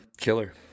Killer